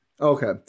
Okay